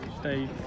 stay